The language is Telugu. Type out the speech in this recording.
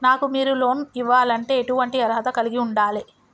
నాకు మీరు లోన్ ఇవ్వాలంటే ఎటువంటి అర్హత కలిగి వుండాలే?